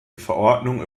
verordnung